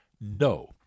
No